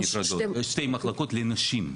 שתי מחלקות לנשים.